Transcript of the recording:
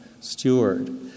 steward